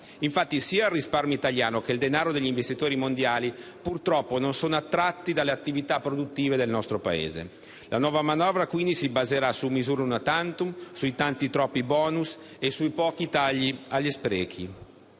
Infatti, sia il risparmio italiano che il denaro degli investitori mondiali, purtroppo, non sono attratti dalle attività produttive del nostro Paese. La nuova manovra quindi, si baserà su misure *una tantum*, sui tanti, troppi, *bonus* e sui pochi tagli agli sprechi.